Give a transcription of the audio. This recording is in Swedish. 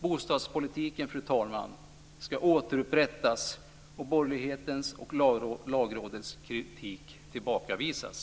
Bostadspolitiken ska återupprättas och borgerlighetens och Lagrådets kritik tillbakavisas.